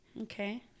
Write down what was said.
Okay